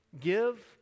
give